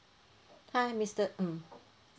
hi mister mm